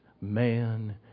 man